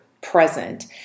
present